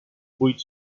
vuit